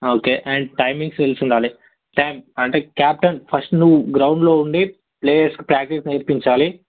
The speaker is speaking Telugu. ఓకే అండ్ టైమింగ్స్ తెలిసి ఉండాలి టైం అంటే కెప్టెన్ ఫస్ట్ నువ్వు గ్రౌండ్లో ఉండి ప్లేయర్స్కి ప్రాక్టీస్ నేర్పించాలి